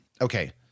okay